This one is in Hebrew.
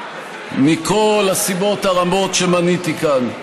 מכל הסיבות הרבות שמניתי כאן,